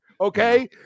Okay